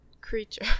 creature